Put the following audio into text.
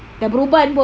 dah beruban pun